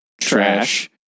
trash